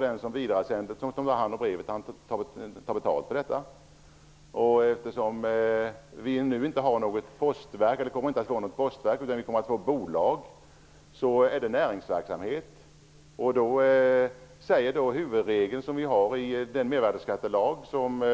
Den som vidarebefordrar brevet tar betalt för det. Eftersom vi nu inte kommer att ha något postverk utan ett bolag, betraktas det som näringsverksamhet. All näringsverksamhet, med vissa undantag, är mervärdesskattepliktig enligt huvudregeln i den mervärdesskattelag som